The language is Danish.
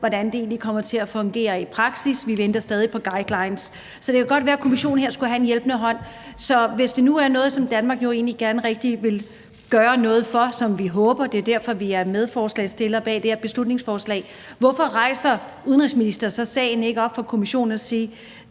hvordan det egentlig kommer til at fungere i praksis. Vi venter stadig på guidelines, så det kan godt være, at Kommissionen skulle have en hjælpende hånd her. Så hvis det nu er noget, som Danmark jo egentlig rigtig gerne vil gøre noget for, hvilket vi håber – det er derfor, vi er medforslagsstillere på det beslutningsforslag – hvorfor rejser udenrigsministeren så ikke sagen over for Kommissionen og siger: